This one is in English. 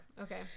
Okay